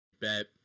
Bet